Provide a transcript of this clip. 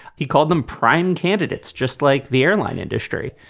he called them prime candidates, just like the airline industry.